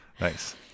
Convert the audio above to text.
Nice